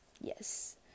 Yes